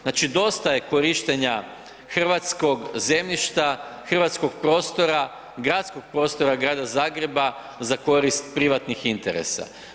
Znači dosta je korištenja hrvatskog zemljišta, hrvatskog prostora, gradskog prostora Grada Zagreba za korist privatnih interesa.